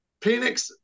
Penix